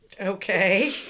Okay